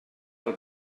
del